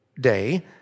day